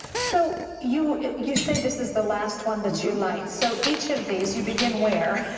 so you you say this is the last one that you light. so each of these you begin where?